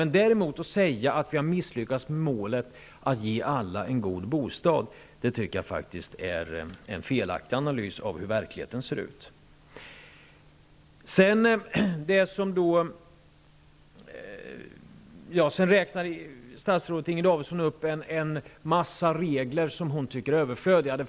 Men att säga att vi har misslyckats med målet att ge alla en god bostad tycker jag är en felaktig analys av hur verkligheten ser ut. Statsrådet Inger Davidson räknade upp en massa regler som hon tycker är överflödiga.